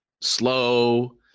Slow